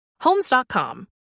Homes.com